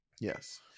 Yes